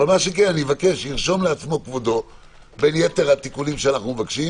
אבל אני מבקש שירשום לעצמו כבודו בין יתר התיקונים שאנחנו מבקשים